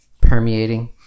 permeating